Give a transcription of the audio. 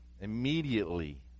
Immediately